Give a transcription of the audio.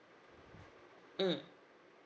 mm